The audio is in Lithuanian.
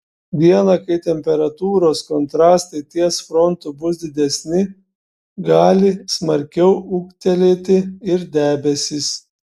dieną kai temperatūros kontrastai ties frontu bus didesni gali smarkiau ūgtelėti ir debesys